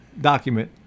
document